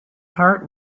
heart